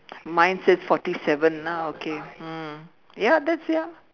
mine says forty seven lah okay mm ya that's ya